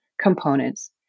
components